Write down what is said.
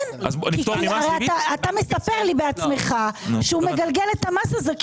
אתה בעצמך מספר לי שהוא מגלגל את המס הזה כי